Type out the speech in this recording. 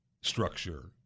structure